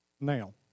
now